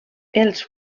els